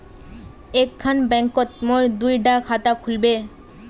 एक खान बैंकोत मोर दुई डा खाता खुल बे?